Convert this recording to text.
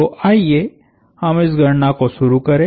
तो आइए हम इस गणना को शुरू करें